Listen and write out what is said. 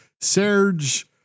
Serge